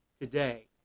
today